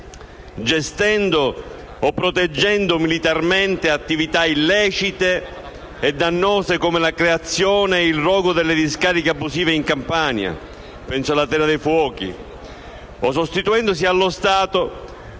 gestendo o proteggendo militarmente attività illecite e dannose come la creazione e il rogo delle discariche abusive in Campania (penso alla terra dei fuochi) o sostituendosi allo Stato